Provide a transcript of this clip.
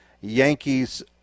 Yankees